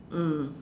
mm